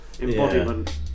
embodiment